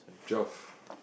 twelve